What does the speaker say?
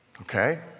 okay